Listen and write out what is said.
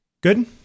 Good